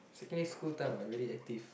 secondary school time I very active